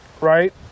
right